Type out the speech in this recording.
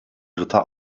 ritter